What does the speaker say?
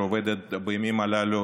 שעובדת בימים הללו